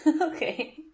okay